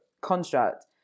construct